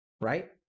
Right